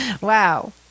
Wow